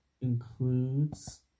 includes